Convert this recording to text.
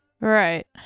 right